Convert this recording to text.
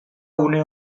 une